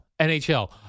NHL